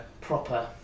proper